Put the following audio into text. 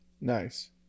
Nice